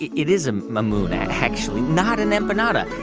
it it is a moon, and actually, not an empanada.